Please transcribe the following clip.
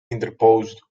interposed